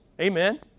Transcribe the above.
Amen